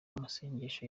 amasengesho